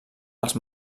els